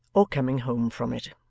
or coming home from it.